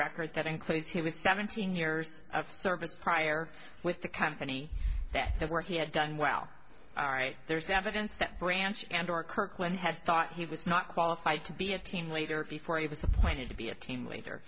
record that includes he was seventeen years of service prior with the company that they were he had done well all right there's evidence that branch and or kirkland had thought he was not qualified to be a team leader before you disappointed to be a team leader